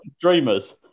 dreamers